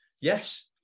yes